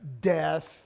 Death